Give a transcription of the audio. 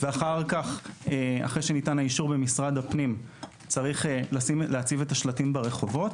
ואחרי שניתן האישור ממשרד הפנים צריך להציב את השלטים ברחובות,